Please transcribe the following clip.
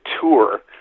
tour